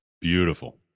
Beautiful